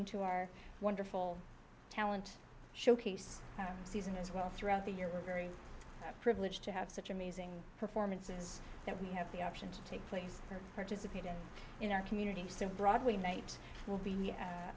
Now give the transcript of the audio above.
into our wonderful talent showpiece season as well throughout the year we're very privileged to have such amazing performances that we have the option to take place for participating in our community simper oddly night will be